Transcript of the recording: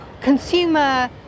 consumer